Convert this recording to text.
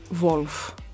wolf